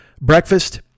breakfast